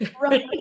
Right